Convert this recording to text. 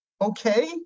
okay